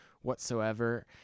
whatsoever